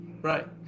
right